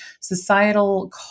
societal